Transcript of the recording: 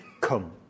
come